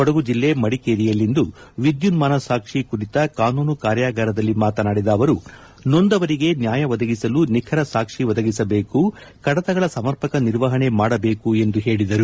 ಕೊಡಗು ಜಿಲ್ಲೆ ಮಡಿಕೇರಿಯಲ್ಲಿಂದು ವಿದ್ಯುನ್ಮಾನ ಸಾಕ್ಷಿ ಕುರಿತ ಕಾನೂನು ಕಾರ್ಯಾಗಾರದಲ್ಲಿ ಮಾತನಾಡಿದ ಅವರು ನೊಂದವರಿಗೆ ನ್ಯಾಯ ಒದಗಿಸಲು ನಿಖರ ಸಾಕ್ಷಿ ಒದಗಿಸಬೇಕು ಕಡತಗಳ ಸಮರ್ಪಕ ನಿರ್ವಹಣೆ ಮಾಡಬೇಕು ಎಂದು ಹೇಳಿದರು